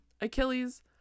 Achilles